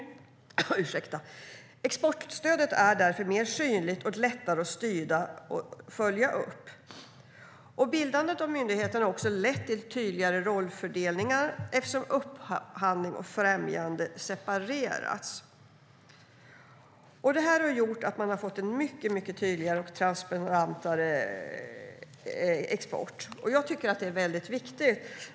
Exportstödet är därmed mer synligt och lättare att styra och följa upp. Bildandet av myndigheten har också lett till en tydligare rollfördelning eftersom upphandling och främjande har separerats. Det har gjort att man har fått en mycket tydligare och transparentare export. Jag tycker att det är väldigt viktigt.